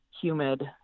humid